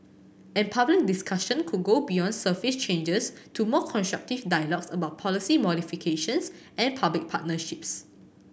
and public discussion could go beyond surface changes to more constructive dialogue about policy modifications and public partnerships